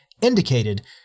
indicated